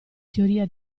teoria